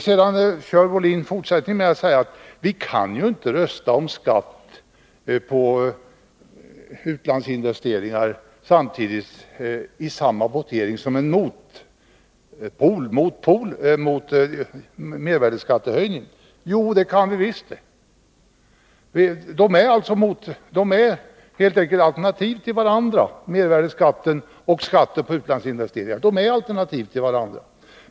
Sedan sade Björn Molin att det inte går att rösta om skatt på utlandsinvesteringar samtidigt som vi röstar beträffande mervärdeskattehöjning. Jo, det kan vi visst! Mervärdeskatten och skatten på utlandsinvesteringar är alternativ.